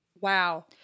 Wow